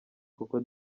koko